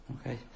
Okay